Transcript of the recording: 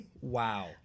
Wow